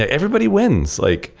ah everybody wins. like